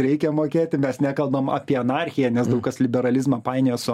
reikia mokėti mes nekalbam apie anarchiją nes daug kas liberalizmą painioja su